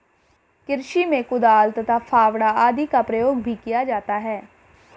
कृषि में कुदाल तथा फावड़ा आदि का प्रयोग भी किया जाता है